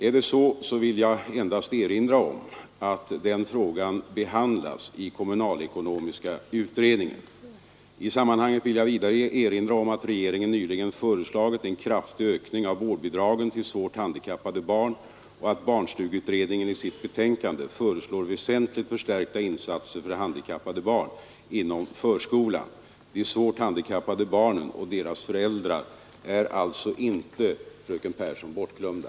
Är det så vill jag endast erinra om att den frågan behandlas i kommunalekonomiska utredningen. I sammanhanget vill jag vidare erinra om att regeringen nyligen föreslagit en kraftig ökning av vårdbidragen till svårt handikappade barn och att barnstugeutredningen i sitt betänkande föreslår väsentligt förstärkta insatser för barn inom förskolan. De svårt handikappade barnen och deras föräldrar är alltså inte bortglömda.